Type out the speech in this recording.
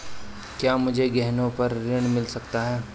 क्या मुझे गहनों पर ऋण मिल सकता है?